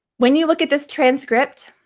when you look at this transcript,